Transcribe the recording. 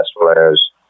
players